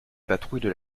patrouilles